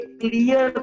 clear